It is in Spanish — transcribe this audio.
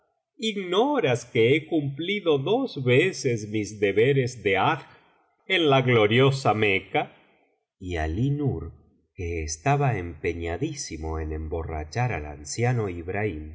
ignoras que he cumplido dos veces mis deberes de hadj en la gloriosa meca y alí nur que estaba empeñadísimo en emborrachar al anciano ibrahim